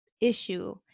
issue